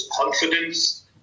confidence